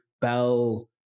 Bell